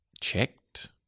checked